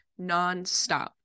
nonstop